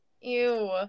ew